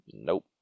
Nope